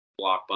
Blockbuster